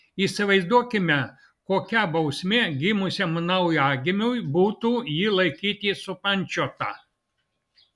įsivaizduokime kokia bausmė gimusiam naujagimiui būtų jį laikyti supančiotą